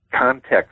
context